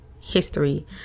history